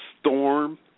Storm